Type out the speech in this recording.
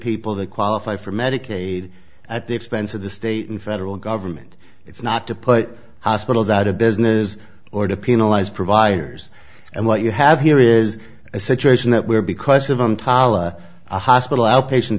people that qualify for medicaid at the expense of the state and federal government it's not to put hospitals out of business or to penalize providers and what you have here is a situation where because of an tala a hospital outpatient